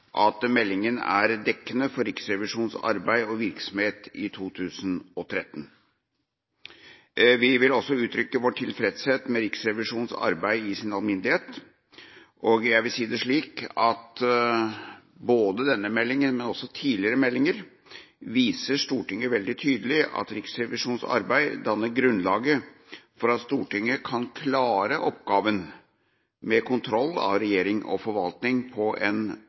at meldinga er dekkende for Riksrevisjonens arbeid og virksomhet i 2013. Vi vil også uttrykke vår tilfredshet med Riksrevisjonens arbeid i sin alminnelighet, og jeg vil si det slik at både denne meldinga og også tidligere meldinger viser Stortinget veldig tydelig at Riksrevisjonens arbeid danner grunnlaget for at Stortinget kan klare oppgaven med kontroll av regjering og forvaltning på en